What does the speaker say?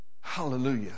Hallelujah